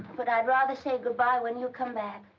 but i'd rather say good-bye when you come back.